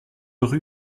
rue